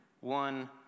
one